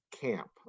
camp